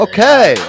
Okay